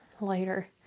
later